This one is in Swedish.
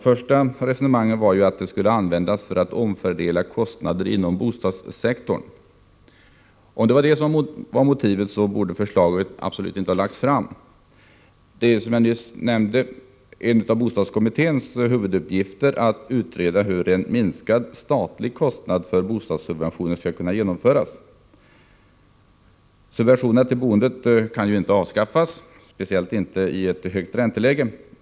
Först gällde resonemangen en omfördelning av kostnaderna inom bostadssektorn. Om det var motivet, borde förslaget absolut inte ha lagts fram. Som jag nyss nämnde är en av de viktigaste uppgifterna för bostadskommittén att utreda hur en minskning av den statliga kostnaden för bostadssubventionerna skall kunna förverkligas. Subventionerna till boendet kan ju inte avskaffas, speciellt inte i ett läge med hög ränta.